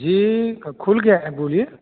जी क खुल गया है बोलिए